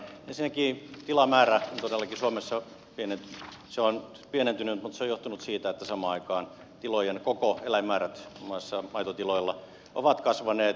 ensinnäkin tilamäärä on todellakin suomessa pienentynyt mutta se on johtunut siitä että samaan aikaan tilojen koko ja eläinmäärät muun muassa maitotiloilla ovat kasvaneet